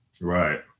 Right